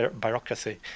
bureaucracy